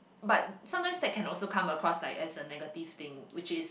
but sometimes that can also come across like as a negative thing which is